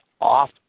off